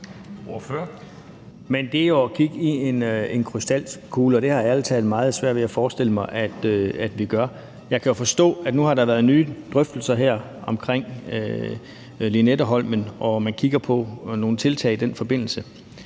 Men det er jo at kigge i en krystalkugle, og det har jeg ærlig talt meget svært ved at forestille mig at vi gør. Jeg kan jo forstå, at nu har der været nye drøftelser om Lynetteholmen, og at man kigger på nogle tiltag i den forbindelse.